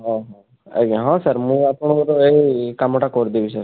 ଆଜ୍ଞା ହଁ ସାର୍ ମୁଁ ଆପଣଙ୍କର ଏହି କାମଟା କରିଦେବି ସାର୍